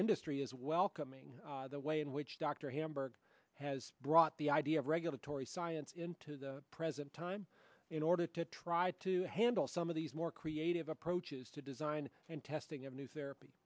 industry is welcoming the way in which dr hamburg has brought the idea of regulatory science into the present time in order to try to handle some of these more creative approaches to design and testing of new therap